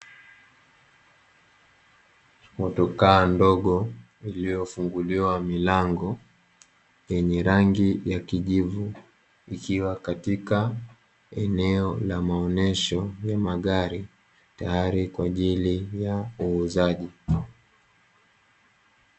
Motokaa ndogo iliyofunguliwa mlango yenye rangi ya kijivu, ikiwa katika eneo la maonesho ya magari tayari kwa ajili ya uuzaji.